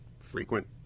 frequent